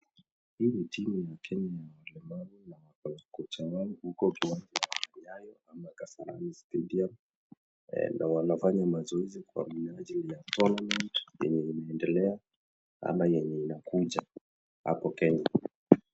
Hii ni timu ya Kenya ya walemavu na wako kwa kocha wao huko kwa uwanja wa Nyayo ama Kasarani Stadium na wanafanya mazoezi kwa miniajili ya tournament yenye inaendelea ama yenye inakuja hapo Kenya.